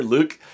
Luke